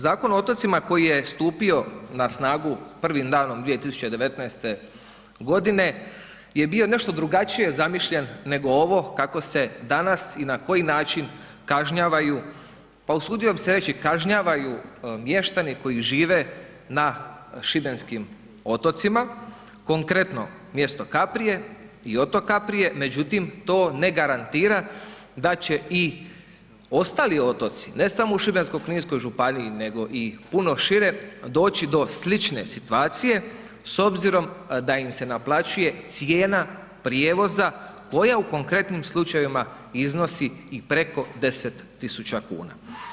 Zakon o otocima koji je stupio na snagu prvim danom 2019. godine je bio nešto drugačije zamišljen nego ovo kako se danas i na koji način kažnjavaju pa usudio bih se reći kažnjavaju mještani koji žive na šibenskim otocima, konkretno mjesto Kaprije i otoka prije, međutim to ne garantira da će i ostali otoci ne samo u Šibensko-kninskoj županiji nego i puno šire doći do slične situacije s obzirom da im se naplaćuje cijena prijevoza koja u konkretnim slučajevima iznosi i preko 10 tisuća kuna.